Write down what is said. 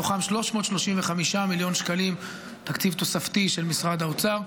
מתוכם 335 מיליון שקלים תקציב תוספתי של משרד האוצר,